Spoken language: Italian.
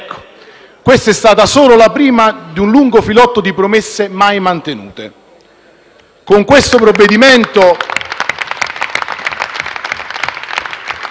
Ecco, questa è stata solo la prima di un lungo filotto di promesse mai mantenute.